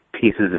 pieces